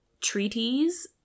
treaties